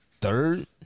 third